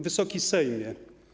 Wysoki Sejmie!